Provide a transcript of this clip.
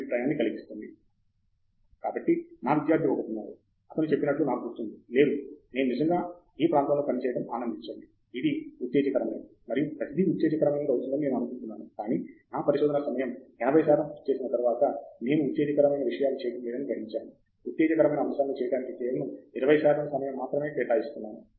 professor Andrew Thangaraj కాబట్టి నా విద్యార్థి ఒకరు ఉన్నారు అతను చెప్పినట్లు నాకు గుర్తుంది లేదు నేను నిజంగా ఈ ప్రాంతంలో పనిచేయడం ఆనందించండి ఇది ఉత్తేజకరమైనది మరియు ప్రతిదీ ఉత్తేజకరమైనది అవుతుందని నేను అనుకున్నాను కానీ నా పరిశోధనా సమయం 80 శాతం పూర్తి చేసిన తర్వాత నేను ఉత్తేజకరమైన విషయాలు చేయడం లేదని గ్రహించాను ఉత్తేజకరమైన అంశాలను చేయటానికి కేవలం 20 శాతం సమయం మాత్రమే కేటాయిస్తున్నాను